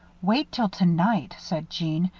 wait till tonight! said jeanne.